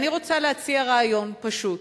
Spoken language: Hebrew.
אני רוצה להציע רעיון פשוט,